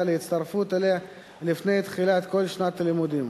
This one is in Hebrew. להצטרפות אליה לפני תחילת כל שנת לימודים.